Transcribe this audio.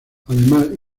además